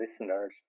listeners